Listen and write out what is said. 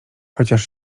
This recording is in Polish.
chociaż